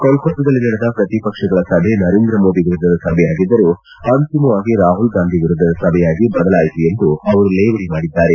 ಕೋಲ್ತತ್ತಾದಲ್ಲಿ ನಡೆದ ಪ್ರತಿಪಕ್ಷಗಳ ಸಭೆ ನರೇಂದ್ರ ಮೋದಿ ವಿರುದ್ದದ ಸಭೆಯಾಗಿದ್ದರೂ ಅಂತಿಮವಾಗಿ ರಾಹುಲ್ ಗಾಂಧಿ ವಿರುದ್ದದ ಸಭೆಯಾಗಿ ಬದಲಾಯಿತು ಎಂದು ಅವರು ಲೇವಡಿ ಮಾಡಿದ್ದಾರೆ